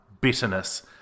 bitterness